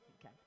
Okay